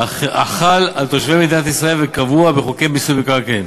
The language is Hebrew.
החל על תושבי מדינת ישראל וקבוע בחוק מיסוי מקרקעין.